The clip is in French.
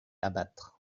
abattre